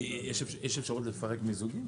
יש אפשרות לפרק מיזוגים?